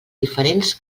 diferents